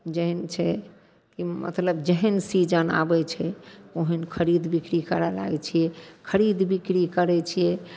जेहन छै कि मतलब जेहन सीजन आबै छै ओहन खरिद बिकरी करै लागै छिए खरीद बिकरी करै छिए